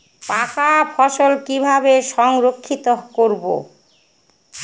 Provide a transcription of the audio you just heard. পাকা ফসল কিভাবে সংরক্ষিত করব?